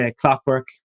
clockwork